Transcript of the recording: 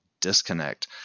disconnect